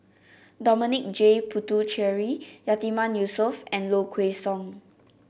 Dominic J Puthucheary Yatiman Yusof and Low Kway Song